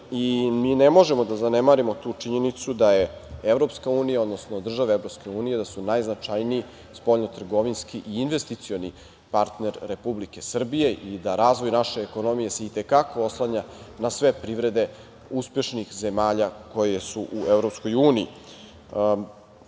Mi ne možemo da zanemarimo tu činjenicu da su države Evropske unije najznačajniji spoljnotrgovinski i investicioni partner Republike Srbije i da razvoj naše ekonomije se i te kako oslanja na sve privrede uspešnih zemalja koje su u Evropskoj